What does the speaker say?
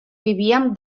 vivíem